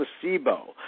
placebo